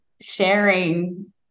sharing